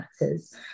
matters